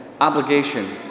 obligation